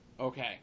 Okay